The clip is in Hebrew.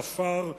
חפר,